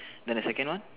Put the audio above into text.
then the second one